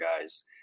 guys